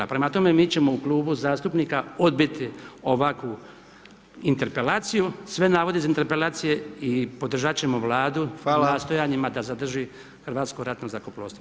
Prema tome, mi ćemo u klubu zastupnika odbiti ovakvu interpelaciju, sve navode iz interpelacije i podržat ćemo Vladu [[Upadica: Hvala]] u nastojanjima da zadrži Hrvatsko ratno zrakoplovstvo.